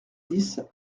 dix